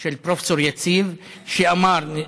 של פרופ' יציב בדה-מרקר,